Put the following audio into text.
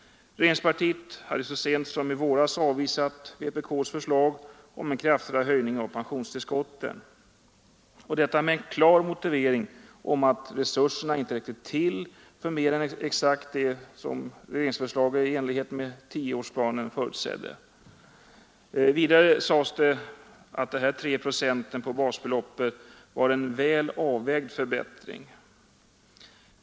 Regeringspartiet hade så sent som i våras avvisat vpk:s förslag om en kraftigare höjning av pensionstillskotten — med en klar motivering om att resurserna inte räckte till för mer än exakt det som regeringsförslaget i enlighet med tioårsplanen förutsåg. Vidare sades att 3 procent på basbeloppet var en väl avvägd förbättring.